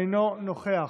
אינו נוכח,